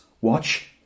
watch